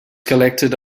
collected